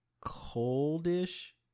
coldish